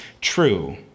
true